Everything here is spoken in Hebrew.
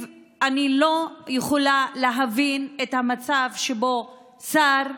אני לא יכולה להבין את המצב שבו שר,